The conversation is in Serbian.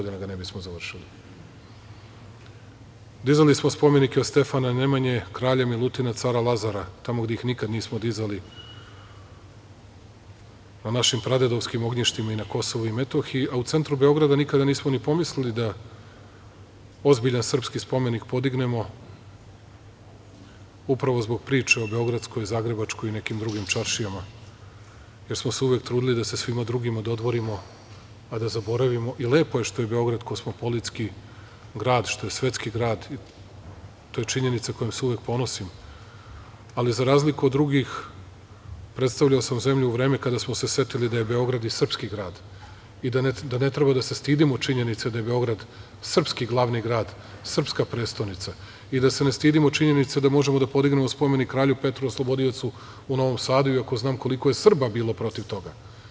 Dizali smo spomenike od Stefana Nemanje, kralja Milutina, cara Lazara, tamo gde ih nikad nismo dizali, na našim pradedovskim ognjištima i na KiM a u centru Beograda nikada nismo ni pomislili da ozbiljan srpski spomenik podignemo, upravo zbog priče o beogradskoj, zagrebačkoj i nekim drugim čaršijama, jer smo se uvek trudili da se svima drugima dodvorimo a da zaboravimo, i lepo je što je Beograd kosmopolitski grad, što je svetski grad, to je činjenica kojom se uvek ponosim, ali za razliku od drugih, predstavljao sam zemlju u vreme kada smo se setili da je Beograd i srpski grad i da ne treba da se stidimo činjenice da je Beograd srpski glavni grad, srpska prestonica i da se ne stidimo činjenice da možemo da podignemo spomenik kralju Petru Oslobodiocu u Novom Sadu, iako znam koliko je Srba bilo protiv toga.